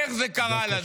איך זה קרה לנו?